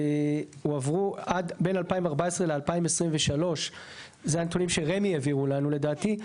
הועברו בין 2014 ל-2023 זה הנתונים שרמ"י העבירו לנו לדעתי,